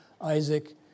Isaac